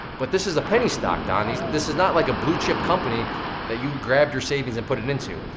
but this is a penny stock, don. this this is not like a blue chip company that you grabbed your savings and put it it into.